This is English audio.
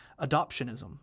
adoptionism